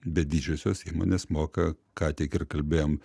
bet didžiosios įmonės moka ką tik ir kalbėjom